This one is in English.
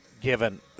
given